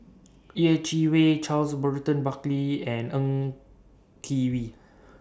Yeh Chi Wei Charles Burton Buckley and Ng Kee We